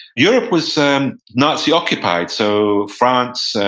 europe was so um nazi-occupied, so france,